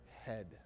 head